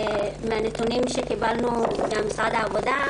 מן הנתונים שקיבלנו ממשרד העבודה,